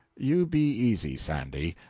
you be easy, sandy.